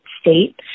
state